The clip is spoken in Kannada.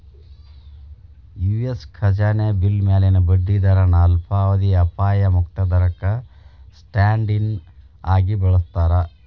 ಯು.ಎಸ್ ಖಜಾನೆ ಬಿಲ್ ಮ್ಯಾಲಿನ ಬಡ್ಡಿ ದರನ ಅಲ್ಪಾವಧಿಯ ಅಪಾಯ ಮುಕ್ತ ದರಕ್ಕ ಸ್ಟ್ಯಾಂಡ್ ಇನ್ ಆಗಿ ಬಳಸ್ತಾರ